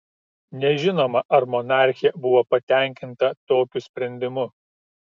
nežinoma ar monarchė buvo patenkinta tokiu sprendimu